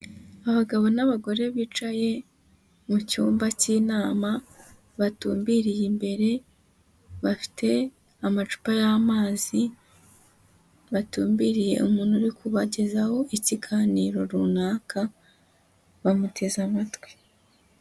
Abagabo n'abagore bicaye mu cyumba cy'inama, batumbiriye imbere, bafite amacupa y'amazi, batumbiriye umuntu uri kubagezaho ikiganiro runaka, bamuteze amatwi.